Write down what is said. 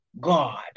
God